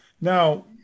Now